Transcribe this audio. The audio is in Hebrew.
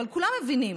אבל כולם מבינים,